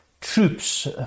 troops